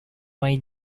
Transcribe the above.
моей